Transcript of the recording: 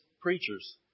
preachers